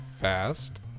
fast